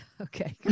Okay